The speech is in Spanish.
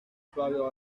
flavio